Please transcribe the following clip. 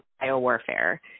bio-warfare